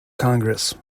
congress